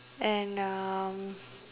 and uh